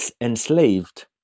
enslaved